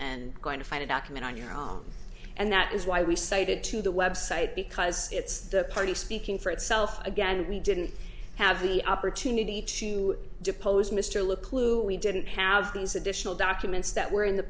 and going to find a document on your own and that is why we cited to the website because it's the party speaking for itself again and we didn't have the opportunity to depose mr look lou we didn't have these additional documents that were in the